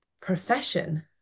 profession